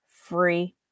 free